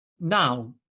Now